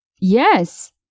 Yes